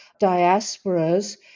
diasporas